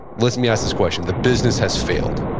let me ask this question. the business has failed.